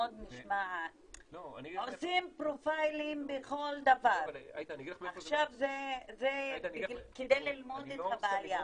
עושים פרופיילינג בכל דבר כדי ללמוד את הבעיה.